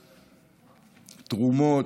תרומות,